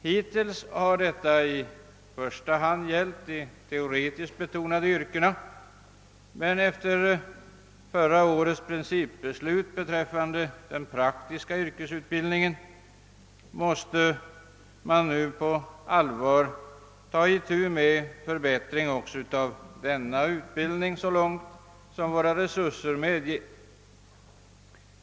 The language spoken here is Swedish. Hittills har detta i första hand gällt de teoretiskt betonade yrkena, men efter förra årets principbeslut rörande den praktiska utbildningen måste man nu på allvar ta itu med förbättringen också av denna utbildning så långt som våra resurser medger.